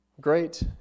great